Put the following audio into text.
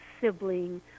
sibling